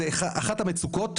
זו אחת המצוקות,